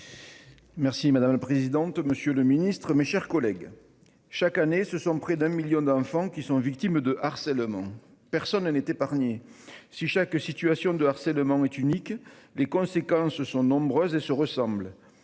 Merci madame la présidente. Monsieur le Ministre, mes chers collègues. Chaque année ce sont près d'un million d'enfants qui sont victimes de harcèlement. Personne ne n'est épargné. Si chaque situation de harcèlement est unique. Les conséquences sont nombreuses et se ressemblent.